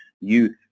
youth